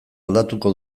aldatuko